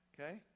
Okay